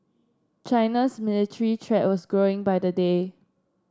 China's military threat was growing by the day